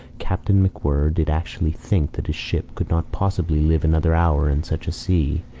captain macwhirr did actually think that his ship could not possibly live another hour in such a sea,